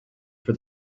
for